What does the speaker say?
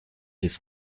his